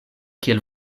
kiel